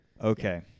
okay